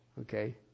Okay